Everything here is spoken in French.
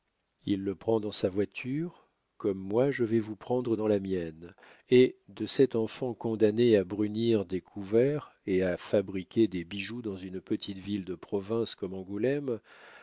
il le prend dans sa voiture comme moi je vais vous prendre dans la mienne et de cet enfant condamné à brunir des couverts et à fabriquer des bijoux dans une petite ville de province comme angoulême